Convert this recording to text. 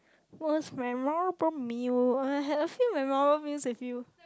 was my memorable meal or I have a memorable meal with you